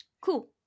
Cool